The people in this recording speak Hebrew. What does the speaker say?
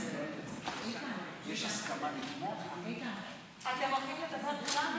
אתם הולכים לדבר כולם?